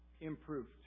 improved